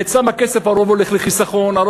אצלם רוב הכסף הולך לחיסכון,